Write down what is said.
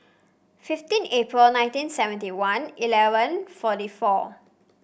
fifteen April nineteen seventy one eleven forty four